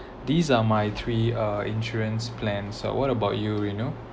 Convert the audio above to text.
these are my three uh insurance plan so what about you reina